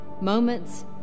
Moments